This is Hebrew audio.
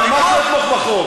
לא,